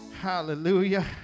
Hallelujah